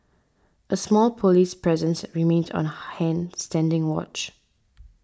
a small police presence remained on hand standing watch